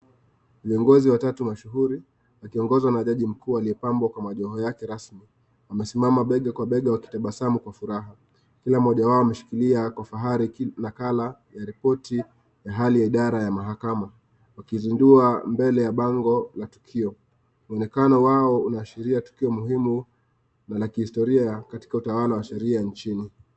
Viogozi watatu mashuhuri akiongokwa na jaji mkuu aliyepambwa joho yake rasmi wemesimama bega kwa bega wakitabasamu kwa furaha. Tena mmoja wao ameshikilia kwa fahari nakala ya ripoti ya hali ya idara ya mahakama wakizindua mbele ya bango la tukio. Inaonekana wao unaashiria tukio muhimu na kihistoria katika utawala wa kihistoria nchini.